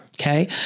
Okay